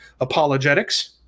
apologetics